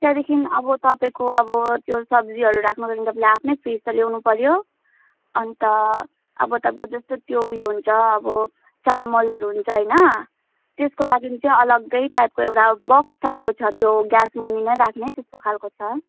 त्यहाँदेखि अब तपाईँको अब त्यो सब्जीहरू राख्नुको लागि त तपाईँले आफ्नै फ्रिज त ल्याउनु पऱ्यो अन्त अब तपाईँको जस्तो त्यो उयो हुन्छ अब चामलहरू हुन्छ होइन त्यसको लागि चाहिँ अलग्गै टाइपको एउटा बक्स टाइपको छ त्यो ग्यास मुनिनै राख्ने त्यस्तो खालको छ